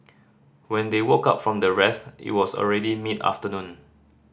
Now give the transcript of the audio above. when they woke up from their rest it was already mid afternoon